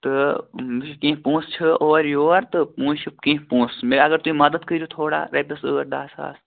تہٕ کیٚنٛہہ پۄنٛسہٕ چھِ اورٕیور تہٕ وُنۍ چھُ کیٚنٛہہ پۄنٛسہٕ مےٚ اَگر تُہۍ مدتھ کٔرِو تھوڑا رۄپیَس ٲٹھ دَہ ساس